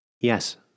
Yes